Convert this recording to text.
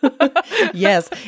Yes